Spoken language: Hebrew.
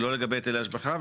לא לגבי הטלי השבחה,